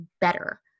better